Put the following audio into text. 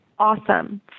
awesome